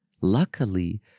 Luckily